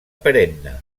perenne